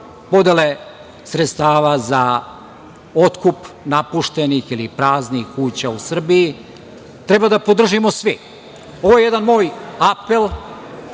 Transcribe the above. podele sredstava za otkup napuštenih ili praznih kuća u Srbiji treba da podržimo svi. Ovo je jedan moj apel